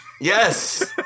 Yes